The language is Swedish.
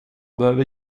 behöver